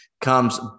comes